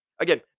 Again